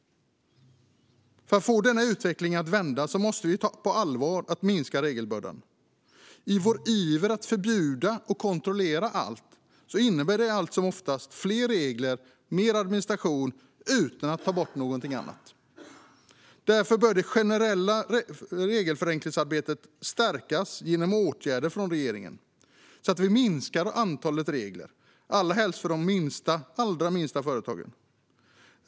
För att få denna utveckling att vända måste vi ta minskningen av regelbördan på allvar. Vår iver att förbjuda och kontrollera allt innebär allt som oftast fler regler och mer administration, utan att något annat tas bort. Därför bör det generella regelförenklingsarbetet stärkas genom åtgärder från regeringen så att vi minskar antalet regler, främst för de allra minsta företagen.